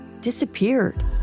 disappeared